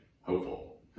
hopeful